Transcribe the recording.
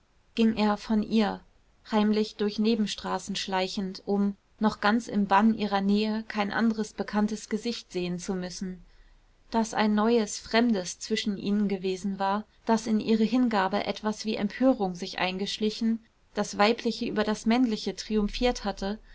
ging er von ihr heimlich durch nebenstraßen schleichend um noch ganz im bann ihrer nähe kein anderes bekanntes gesicht sehen zu müssen daß ein neues fremdes zwischen ihnen gewesen war daß in ihre hingabe etwas wie empörung sich eingeschlichen das weibliche über das männliche triumphiert hatte